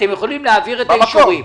אתם יכולים להעביר את האישורים?